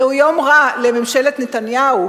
זהו יום רע לממשלת נתניהו,